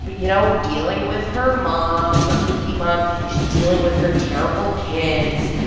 but you know, dealing with her mom, her kooky mom. she's dealing with her terrible kids.